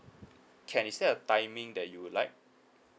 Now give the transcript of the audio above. can is there a timing that you would like